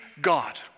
God